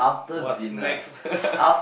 what's next